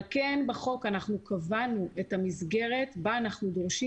על כן קבענו בחוק את המסגרת בה אנחנו דורשים